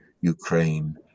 ukraine